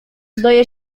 zdaje